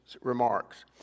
Remarks